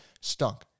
stunk